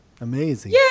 Amazing